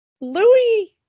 Louis